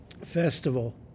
festival